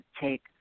take